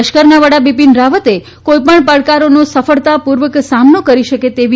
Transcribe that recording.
લશ્કરના વડા બીપીન રાવતે કોઇપણ પડકારોનો સફળતાપૂર્વક સામનો કરી શકે તેવી